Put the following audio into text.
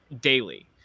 daily